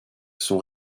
sont